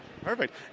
Perfect